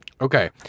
Okay